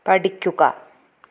പഠിക്കുക